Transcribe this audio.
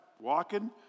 Walking